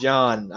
John